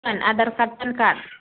नांगोन Aadhaar PAN card